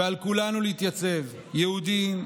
ועל כולנו להתייצב, יהודים,